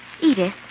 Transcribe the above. Edith